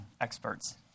experts